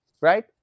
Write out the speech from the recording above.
Right